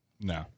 No